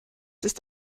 ist